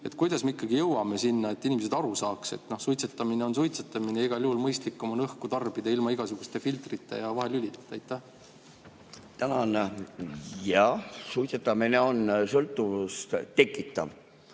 Kuidas me jõuame selleni, et inimesed saavad aru, et suitsetamine on suitsetamine ja igal juhul mõistlikum on õhku tarbida ilma igasuguste filtrite ja vahelülideta? Tänan! Jah, suitsetamine on sõltuvust tekitav,